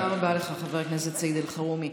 תודה רבה לך, חבר הכנסת סעיד אלחרומי.